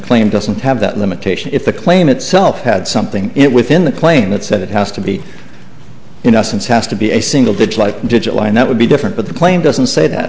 claim doesn't have that limitation if the claim itself had something it within the claim that said it has to be in essence has to be a single digit by digit one and that would be different but the claim doesn't say that